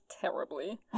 terribly